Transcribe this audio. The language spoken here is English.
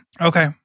Okay